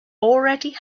already